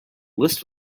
list